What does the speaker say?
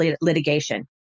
litigation